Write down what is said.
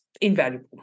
invaluable